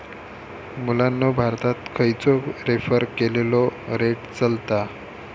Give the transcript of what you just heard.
मुलांनो भारतात खयचो रेफर केलेलो रेट चलता?